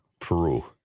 Peru